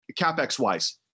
capex-wise